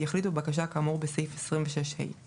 יחליט בבקשה כאמור בסעיף 26ה;